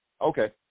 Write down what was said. Okay